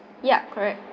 yup correct